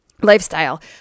lifestyle